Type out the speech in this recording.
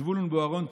זבולון בוארון,